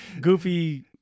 goofy